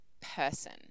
person